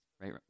right